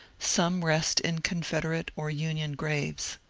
some rest in confederate or union graves.